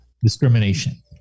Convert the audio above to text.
discrimination